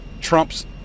Trump's